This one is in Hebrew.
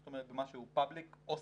זאת אומרת מה שהוא public, אוסינט,